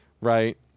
Right